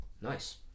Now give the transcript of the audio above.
nice